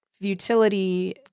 futility